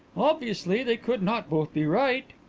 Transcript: obviously, they could not both be right.